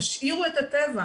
תשאירו את הטבע.